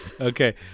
okay